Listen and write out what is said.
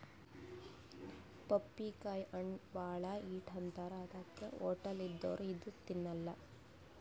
ಪಪ್ಪಿಕಾಯಿ ಹಣ್ಣ್ ಭಾಳ್ ಹೀಟ್ ಅಂತಾರ್ ಅದಕ್ಕೆ ಹೊಟ್ಟಲ್ ಇದ್ದೋರ್ ಇದು ತಿನ್ನಲ್ಲಾ